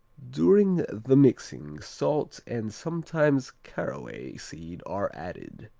during the mixing, salt and sometimes caraway seed are added.